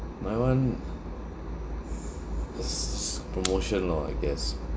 my [one] is is promotion lor I guess